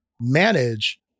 manage